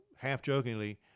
half-jokingly